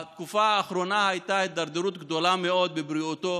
בתקופה האחרונה הייתה הידרדרות גדולה מאוד בבריאותו